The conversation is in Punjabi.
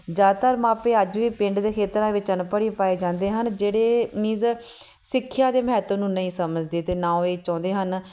ਜ਼ਿਆਦਾਤਰ ਮਾਪੇ ਅੱਜ ਵੀ ਪਿੰਡ ਦੇ ਖੇਤਰਾਂ ਵਿੱਚ ਅਨਪੜ੍ਹ ਹੀ ਪਾਏ ਜਾਂਦੇ ਹਨ ਜਿਹੜੇ ਮੀਨਸ ਸਿੱਖਿਆ ਦੇ ਮਹੱਤਵ ਨੂੰ ਨਹੀਂ ਸਮਝਦੇ ਅਤੇ ਨਾ ਉਹ ਇਹ ਚਾਹੁੰਦੇ ਹਨ